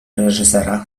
reżysera